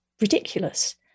ridiculous